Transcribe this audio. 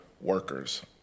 workers